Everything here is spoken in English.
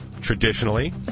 Traditionally